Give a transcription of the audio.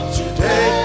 today